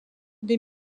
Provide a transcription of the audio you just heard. des